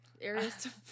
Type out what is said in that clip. Areas